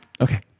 Okay